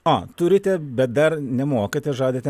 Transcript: o turite bet dar nemokate žadate